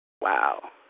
Wow